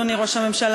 אדוני ראש הממשלה.